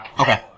Okay